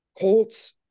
Colts